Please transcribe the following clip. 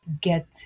get